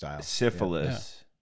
syphilis